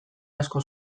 asko